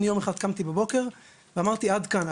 יום אחד קמתי בבוקר ואמרתי עד כאן.